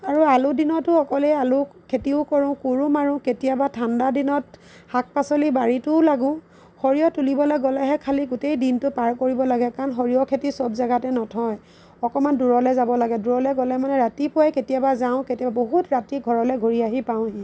আৰু আলুৰ দিনতো অকলেই আলু খেতিও কৰোঁ কোৰো মাৰোঁ কেতিয়াবা ঠাণ্ডা দিনত শাক পাচলিৰ বাৰীতো লাগোঁ সৰিয়হ তুলিবলৈ গ'লেহে খালী গোটেই দিনটো পাৰ কৰিব লাগে কাৰণ সৰিয়হ খেতি চব জাগাতে নহয় অকমান দূৰলৈ যাব লাগে দূৰলৈ গ'লে মানে ৰাতিপুৱাই কেতিয়াবা যাওঁ কেতিয়াবা বহুত ৰাতি ঘৰলৈ ঘূৰি আহি পাওঁহি